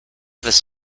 this